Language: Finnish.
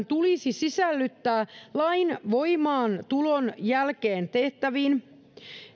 tulisi sisällyttää lain voimaantulon jälkeen tehtäviin